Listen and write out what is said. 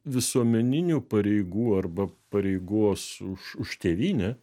visuomeninių pareigų arba pareigos už už tėvynę